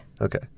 Okay